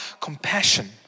compassion